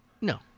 No